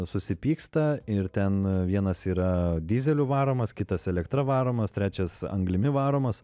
susipyksta ir ten vienas yra dyzeliu varomas kitas elektra varomas trečias anglimi varomas